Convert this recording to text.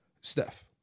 Steph